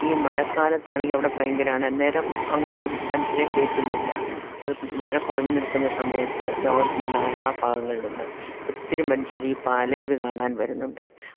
ഈ മഴക്കാലത്ത് ആണെങ്കിൽ അവിടെ ഭയങ്കരമാണ് അന്നേരം അങ്ങോട്ട് മനുഷ്യരെ കയറ്റുന്നില്ല അത് മഴ കുറഞ്ഞ് നിൽക്കുന്ന സമയത്ത് ലോകത്തിൻ്റെ നാനാഭാഗങ്ങളിൽ നിന്ന് ഒത്തിരി മനുഷ്യർ ഈ പാലരുവി കാണാൻ വരുന്നുണ്ട്